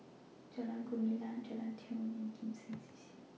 Jalan Gumilang Jalan Tiong and Kim Seng C C